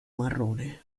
marrone